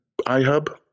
iHub